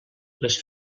les